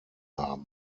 haben